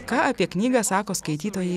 ką apie knygą sako skaitytojai